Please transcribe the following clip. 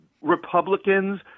Republicans